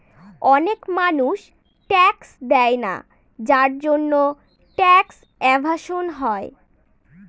অনেক মানুষ ট্যাক্স দেয়না যার জন্যে ট্যাক্স এভাসন হয়